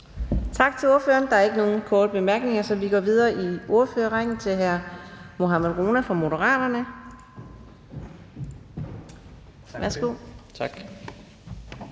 Tak til ordføreren. Der er ikke nogen korte bemærkninger, så vi går videre i ordførerrækken til hr. Mohammad Rona fra Moderaterne. Værsgo. Kl.